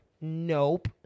Nope